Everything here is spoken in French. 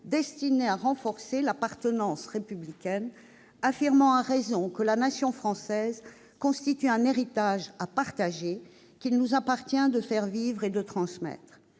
destinées à renforcer l'appartenance républicaine, affirmant avec raison que la nation française constitue un héritage à partager, qu'il nous appartient de faire vivre et de transmettre.